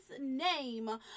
name